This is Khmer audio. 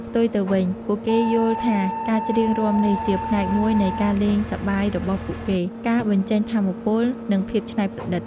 ផ្ទុយទៅវិញ ពួកគេយល់ថាការច្រៀងរាំនេះជាផ្នែកមួយនៃការលេងសប្បាយរបស់ពួកគេ ការបញ្ចេញថាមពល និងភាពច្នៃប្រឌិត។